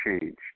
change